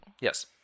Yes